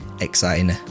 exciting